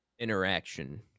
interaction